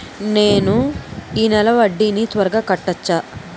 నేను ఈ నెల వడ్డీని తర్వాత కట్టచా?